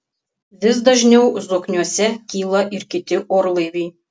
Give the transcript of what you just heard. vis dažniau zokniuose kyla ir kiti orlaiviai